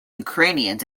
ukrainians